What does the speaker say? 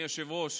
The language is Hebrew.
כץ,